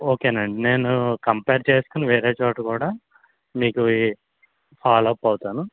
ఓకేనండి నేను కంపేర్ చేసుకుని వేరే చోట కూడా మీకు ఈ ఫాలో అప్ అవుతాను